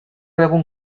egun